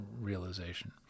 realization